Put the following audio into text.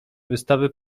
wystawy